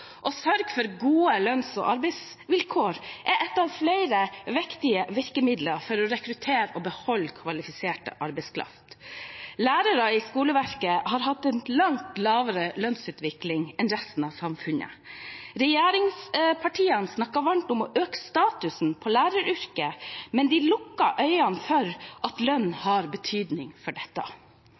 Å sørge for gode lønns- og arbeidsvilkår er ett av flere viktige virkemidler for å rekruttere og beholde kvalifisert arbeidskraft. Lærerne i skoleverket har hatt en langt lavere lønnsutvikling enn resten av samfunnet. Regjeringspartiene snakker varmt om å øke statusen på læreryrket, men lukker øynene for at lønn har betydning for dette.